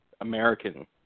American